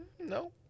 No